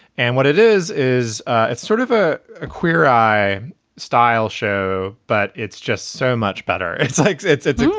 and what it is, is ah it's sort of a ah queer eye style show, but it's just so much better. it's like it's it's.